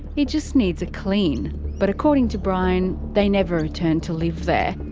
it just needs a clean but according to brian, they never returned to live there.